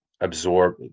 absorb